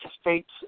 states